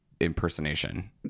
impersonation